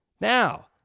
Now